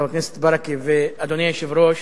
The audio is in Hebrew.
חבר הכנסת ברכה ואדוני היושב-ראש,